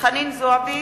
חנין זועבי,